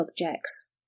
objects